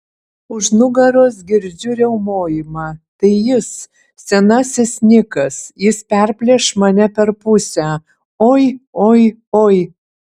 už nugaros girdžiu riaumojimą tai jis senasis nikas jis perplėš mane per pusę oi oi oi